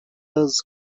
sells